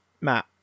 Matt